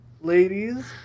Ladies